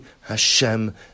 Hashem